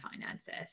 finances